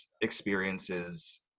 experiences